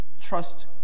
trust